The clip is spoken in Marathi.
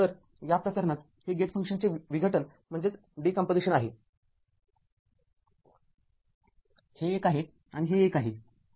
तर या प्रकरणात हे गेट फंक्शनचे विघटन आहे हे एक आणि हे एक आहे